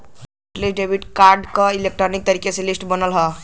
hot list debit card क electronic तरीके से लिस्ट बनल होला